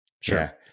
Sure